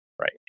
Right